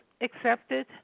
accepted